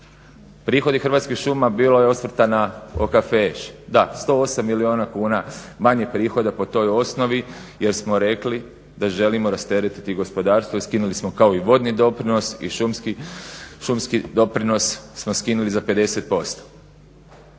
Prihodi Hrvatskih šuma bilo je osvrta na OKFŠ. Da, 108 milijuna kuna manje prihoda po toj osnovi jer smo rekli da želimo rasteretiti gospodarstvo i skinuli smo kao i vodni doprinos i šumski doprinos smo skinuli za 50%